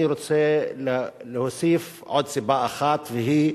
אני רוצה להוסיף עוד סיבה אחת, והיא